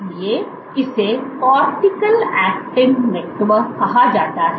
इसलिए इसे cortical actin network कहा जाता है